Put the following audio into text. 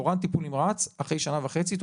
תורן טיפול נמרץ אחרי שנה וחצי.